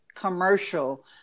commercial